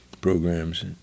programs